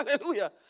Hallelujah